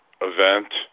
event